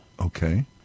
Okay